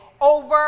over